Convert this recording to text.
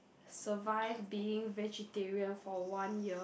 survive being vegetarian for one year